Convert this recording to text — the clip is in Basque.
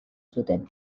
zuten